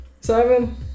Seven